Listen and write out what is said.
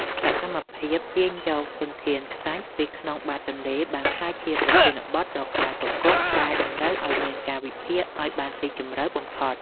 សកម្មភាពទាញយកធនធានខ្សាច់ពីក្នុងបាតទន្លេបានក្លាយជាប្រធានបទដ៏ក្តៅគគុកដែលតម្រូវឱ្យមានការវិភាគឱ្យបានស៊ីជម្រៅបំផុត។